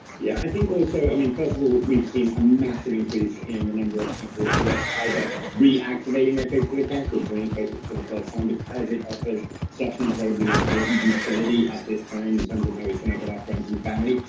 yeah, i think also, i mean first of all, we've seen a massive increase in the number of people who had either reactivating their facebook accounts or joining facebook for the first time because it offers such an incredibly important utility at this time in terms of how we connect connect with our friends and family.